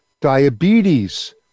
diabetes